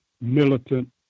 militant